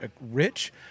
rich